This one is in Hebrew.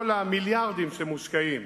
כל המיליארדים שמושקעים